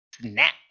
Snap